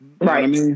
right